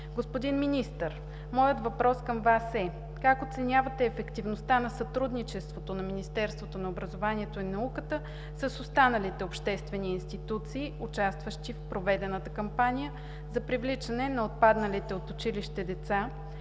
Господин Министър, моят въпрос към Вас е: как оценявате ефективността на сътрудничеството на Министерството на образованието и науката с останалите обществени институции, участващи в проведената кампания за привличане на отпадналите от училище деца?